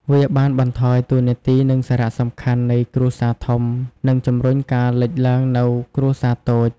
វាបានបន្ថយតួនាទី និងសារៈសំខាន់នៃគ្រួសារធំ និងជំរុញការលេចឡើងនូវគ្រួសារតូច។